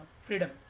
freedom